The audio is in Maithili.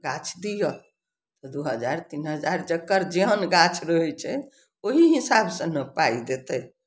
गाछ दिअ तऽ दू हजार तीन हजार जकर जेहन गाछ रहय छै ओहि हिसाबसँ ने पाइ देतै